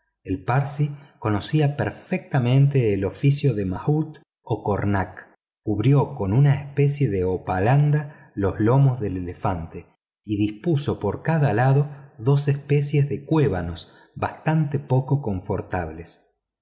el parsi conocía perfectamente el oficio de mahut o cornac cubrió con una especie de hopalanda los lomos del elefante y dispuso por cada lado dos especies de cuévanos bastante poco confortables